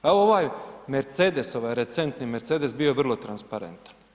Ovaj Mercedes, ovaj recentni Mercedes bio je vrlo transparentan.